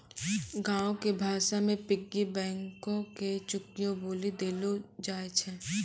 गांवो के भाषा मे पिग्गी बैंको के चुकियो बोलि देलो जाय छै